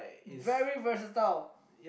very versatile